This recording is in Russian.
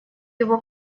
его